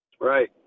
Right